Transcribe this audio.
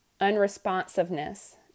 unresponsiveness